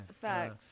Facts